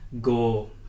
go